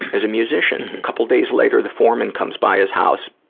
as a musician. a couple days later, the foreman comes by his house,